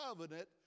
covenant